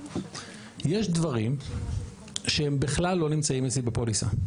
יש דברים שהם בכלל לא נמצאים אצלי בפוליסה,